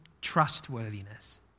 trustworthiness